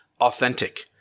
authentic